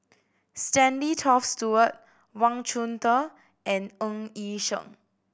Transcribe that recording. Stanley Toft Stewart Wang Chunde and Ng Yi Sheng